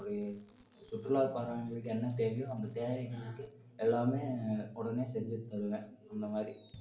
ஒரு சுற்றுலாவுக்கு வரவங்களுக்கு என்னத் தேவையோ அந்த தேவைகளுக்கு எல்லாமே உடனே செஞ்சுத்தருவேன் அந்தமாதிரி